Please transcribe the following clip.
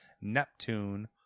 Neptune